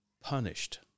punished